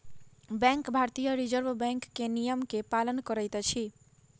bank भारतीय reserve bank के नियम के पालन करैत अछि